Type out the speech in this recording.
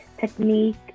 technique